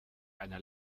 einer